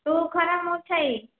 ତୁ ଖରା ମୁଁ ଛାଇ